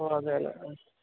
ഓ അതെ അതെ